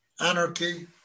anarchy